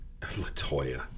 LaToya